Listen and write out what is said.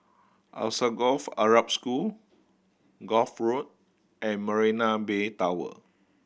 Alsagoff Arab School Gul Road and Marina Bay Tower